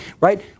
Right